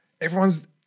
Everyone's